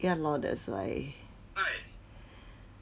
ya lor that's why